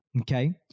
Okay